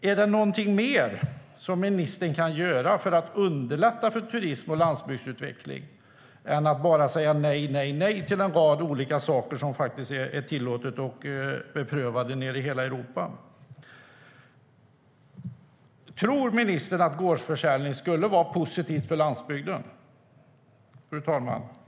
Är det någonting som ministern kan göra för att underlätta för turism och landsbygdsutveckling i stället för att bara säga nej, nej, nej till en rad olika saker som faktiskt är tillåtna och beprövade i hela Europa? Tror ministern att gårdsförsäljning skulle vara positivt för landsbygden?